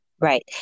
Right